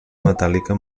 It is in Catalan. metàl·lica